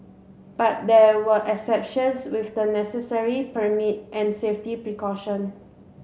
but there are exceptions with the necessary permits and safety precaution